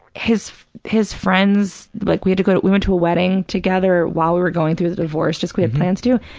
his his friends, like we had to go to, we went to a wedding together while we were going through the divorce, just because we had plans to,